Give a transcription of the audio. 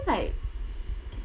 like